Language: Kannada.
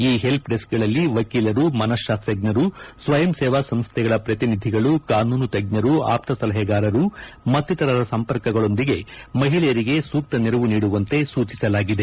ಈ ಹೆಲ್ಪ್ ಡೆಸ್ಕ್ಗಳಲ್ಲಿ ವಕೀಲರು ಮನಃತಾಸ್ತಜ್ಞರು ಸ್ವಯಂ ಸೇವಾ ಸಂಸ್ಥೆಗಳ ಪ್ರತಿನಿಧಿಗಳು ಕಾನೂನು ತಜ್ಞರು ಆಪ್ತ ಸಲಹೆಗಾರರು ಮತ್ತಿತರರ ಸಂಪರ್ಕಗಳೊಂದಿಗೆ ಮಹಿಳೆಯರಿಗೆ ಸೂಕ್ತ ನೆರವು ನೀಡುವಂತೆ ಸೂಚಿಸಲಾಗಿದೆ